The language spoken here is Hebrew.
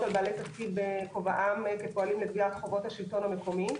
על בעלי תפקיד בכובעם כפועלים לגביית חובות השלטון המקומי.